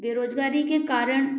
बेरोजगारी के कारण